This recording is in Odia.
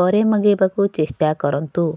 ପରେ ମଗାଇବାକୁ ଚେଷ୍ଟା କରନ୍ତୁ